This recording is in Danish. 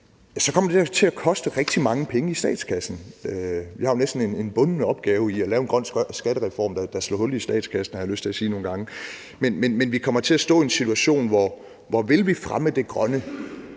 så kommer det til at koste rigtig mange penge i statskassen. Vi har jo næsten en bunden opgave i at lave en grøn skattereform, der slår hul i statskassen, har jeg nogle gange lyst til at sige. Men vi kommer til at stå i en situation, hvor der, hvis vi vil fremme det grønne